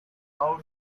how